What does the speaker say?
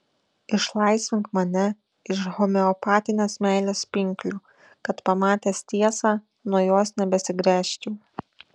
išlaisvink mane iš homeopatinės meilės pinklių kad pamatęs tiesą nuo jos nebesigręžčiau